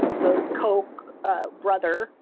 the coke ah brother,